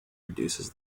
reduces